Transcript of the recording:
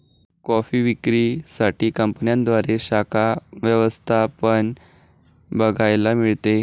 coffee विक्री साठी कंपन्यांद्वारे शाखा व्यवस्था पण बघायला मिळते